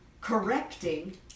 correcting